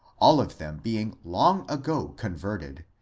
all of them being long ago converted,